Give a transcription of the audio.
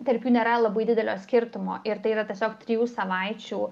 tarp jų nėra labai didelio skirtumo ir tai yra tiesiog trijų savaičių